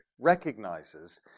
recognizes